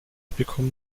bekommen